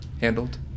handled